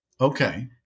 Okay